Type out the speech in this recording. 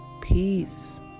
Peace